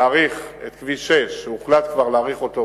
להאריך את כביש 6. הוחלט כבר להאריך אותו